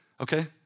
Okay